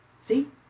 See